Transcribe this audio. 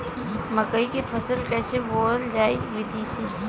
मकई क फसल कईसे बोवल जाई विधि से?